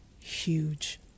huge